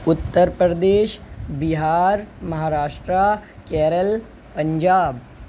Uttar Pradesh Bihar Maharashtra Kerala Punjab